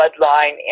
bloodline